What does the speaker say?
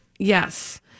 Yes